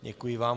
Děkuji vám.